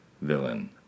villain